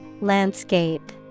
Landscape